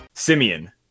Simeon